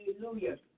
Hallelujah